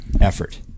effort